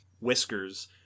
whiskers